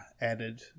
added